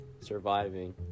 surviving